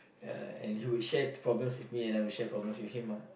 and he will share the problems with me and I will share problems with him ah